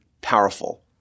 powerful